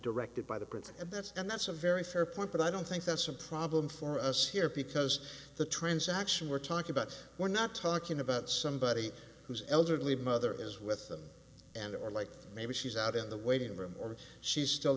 directed by the prince and that's and that's a very fair point but i don't think that's a problem for us here because the transaction we're talking about we're not talking about somebody who's elderly mother is with them and they were like maybe she's out in the waiting room or she's still